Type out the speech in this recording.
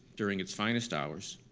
during its finest hours,